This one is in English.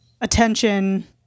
attention